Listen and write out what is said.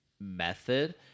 method